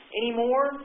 anymore